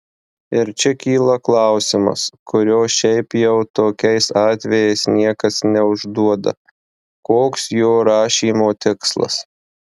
ir čia kyla klausimas kurio šiaip jau tokiais atvejais niekas neužduoda koks jo rašymo tikslas